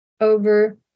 over